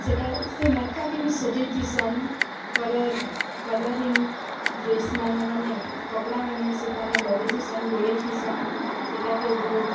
ସେଟା ସେ ମଟ୍କାକେ ବି ସଜେଇଥିସନ୍ କଲର୍ କଲରିଙ୍ଗ୍ ଡ୍ରେସ୍ ମାନେ ମାନେ କପଡ଼ା ମାନେ ସେଠାନେ ଲଗେଇଥିସନ୍ ଗୋଡ଼େଇଥିସନ୍ ସେଟାକେ ବହୁତ୍